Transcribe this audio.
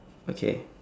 okay